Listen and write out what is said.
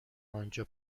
آنجا